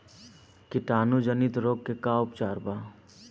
कीटाणु जनित रोग के का उपचार बा?